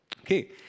Okay